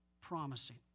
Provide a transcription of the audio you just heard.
promising